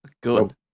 Good